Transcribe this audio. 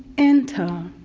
enter,